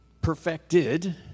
perfected